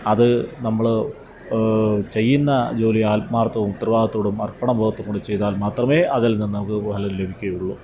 അത് നമ്മൾ ചെയ്യുന്ന ജോലി ആത്മാർത്ഥവും ഉത്തരവാദിത്തോടും അർപ്പണബോധത്തോടും കൂടി ചെയ്താൽ മാത്രമേ അതിൽ നിന്ന് നമുക്ക് ഫലം ലഭിക്കയുള്ളു